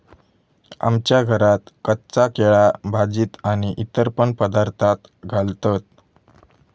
आमच्या घरात कच्चा केळा भाजीत आणि इतर पण पदार्थांत घालतत